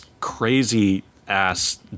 crazy-ass